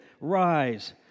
Rise